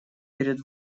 перед